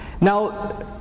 Now